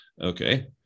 Okay